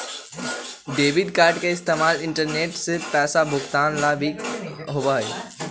debit card के इस्तेमाल internet से पैसा भुगतान ला भी होबा हई